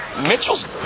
Mitchell's